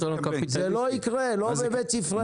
קנו כמה אלפי ערכות,